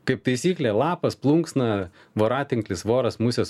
kaip taisyklė lapas plunksna voratinklis voras musės